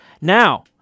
Now